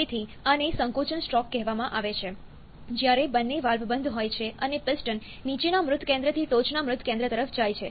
તેથી આને સંકોચનસ્ટ્રોક કહેવામાં આવે છે જ્યારે બંને વાલ્વ બંધ હોય છે અને પિસ્ટન નીચેના મૃત કેન્દ્રથી ટોચના મૃત કેન્દ્ર તરફ જાય છે